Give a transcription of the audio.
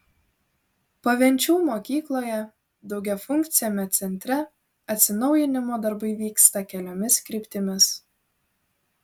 pavenčių mokykloje daugiafunkciame centre atsinaujinimo darbai vyksta keliomis kryptimis